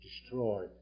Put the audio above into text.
destroyed